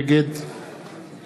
נגד